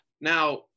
now